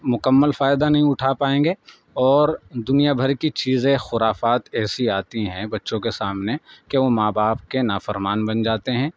مکمل فائدہ نہیں اٹھا پائیں گے اور دنیا بھر کی چیزیں خرافات ایسی آتی ہیں بچوں کے سامنے کہ وہ ماں باپ کے نافرمان بن جاتے ہیں